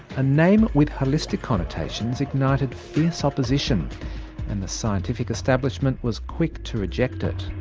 a name with holistic connotations ignited fierce opposition and the scientific establishment was quick to reject it.